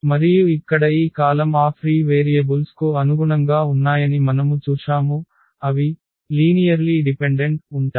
మరియు ఇక్కడ ఈ కాలమ్s ఆ ఫ్రీ వేరియబుల్స్ కు అనుగుణంగా ఉన్నాయని మనము చూశాము అవి సరళంగా ఆధారపడి ఉంటాయి